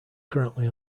currently